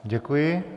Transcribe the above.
Děkuji.